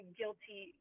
guilty